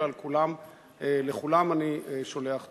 ולכולם אני שולח תודה.